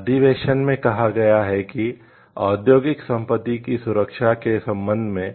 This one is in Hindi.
अधिवेशन में कहा गया है कि औद्योगिक संपत्ति की सुरक्षा के संबंध में